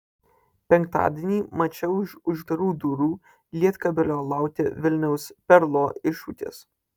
penktadienį mače už uždarų durų lietkabelio laukia vilniaus perlo iššūkis